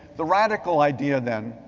the radical idea then,